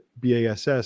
Bass